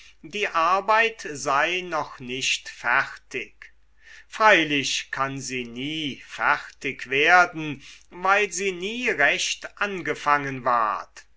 die arbeit sei noch nicht fertig freilich kann sie nie fertig werden weil sie nie recht angefangen ward